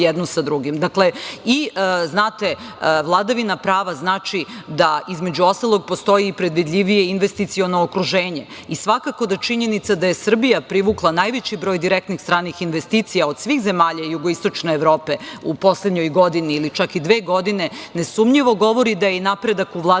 jedno sa drugim. Vladavina prava znači da, između ostalog, postoji predvidivije investiciono okruženje i svakako da činjenica da je Srbija privukla najveći broj direktnih stranih investicija od svih zemalja jugoistočne Evrope u poslednjoj godini ili čak i dve godine nesumnjivo govori da je i napredak u vladavini